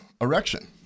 erection